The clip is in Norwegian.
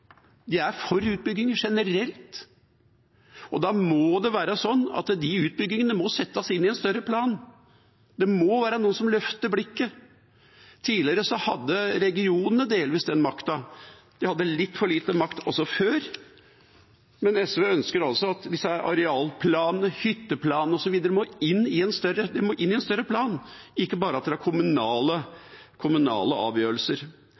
utbyggingene settes inn i en større plan. Det må være noen som løfter blikket. Tidligere hadde regionene delvis den makta. De hadde litt for lite makt også før, men SV ønsker altså at arealplaner, hytteplaner osv. må inn i en større plan, ikke bare være kommunale avgjørelser. Vi har vært vitne til den bit-for-bit-utbyggingen som har skjedd i så stor grad i dette landet, og jeg er